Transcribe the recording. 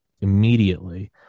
immediately